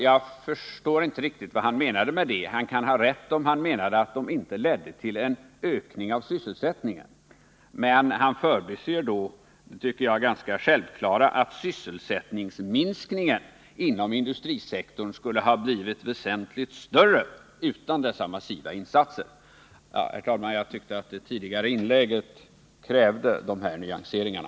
Han kan ha rätt om han menade att de inte ledde till någon ökning av sysselsättningen. Men då förbiser han det som jag tycker ganska självklara, att sysselsättningsminskningen inom industrisektorn skulle ha blivit väsentligt större utan dessa massiva insatser. Herr talman! Jag tyckte att det tidigare inlägget krävde de här nyanseringarna.